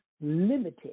limited